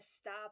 stop